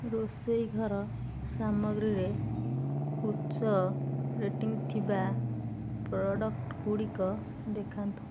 ରୋଷେଇ ଘର ସାମଗ୍ରୀରେ ଉଚ୍ଚ ରେଟିଂ ଥିବା ପ୍ରଡ଼କ୍ଟ ଗୁଡ଼ିକ ଦେଖାନ୍ତୁ